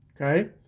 okay